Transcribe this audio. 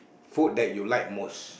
food that you like most